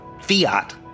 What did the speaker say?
Fiat